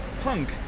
punk